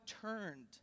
turned